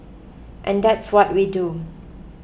and that's what we do